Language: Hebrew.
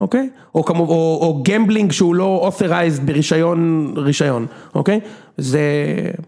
אוקיי, או כמובן, או גמבלינג שהוא לא authorized ברישיון רישיון, אוקיי זה...